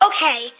Okay